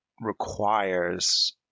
requires